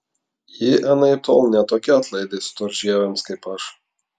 ji anaiptol ne tokia atlaidi storžieviams kaip aš